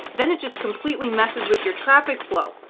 then it just completely messes with your traffic flow.